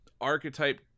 Archetype